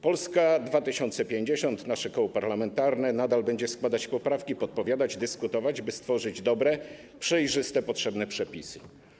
Polska 2050, nasze koło parlamentarne, nadal będzie składać poprawki, podpowiadać, dyskutować, by stworzyć dobre, przejrzyste potrzebne przepisy.